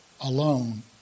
alone